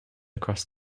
across